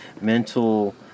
mental